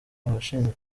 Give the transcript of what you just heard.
abashinzwe